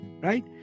right